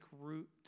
root